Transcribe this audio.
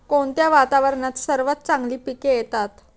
कोणत्या वातावरणात सर्वात चांगली पिके येतात?